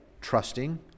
trusting